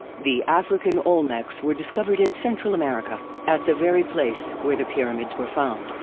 the african olmecs were discovered in central america, at the very place where the pyramids were found.